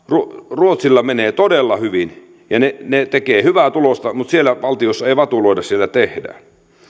ruotsilla menee todella hyvin ja ne ne tekevät hyvää tulosta mutta siellä valtiossa ei vatuloida siellä tehdään